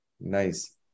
Nice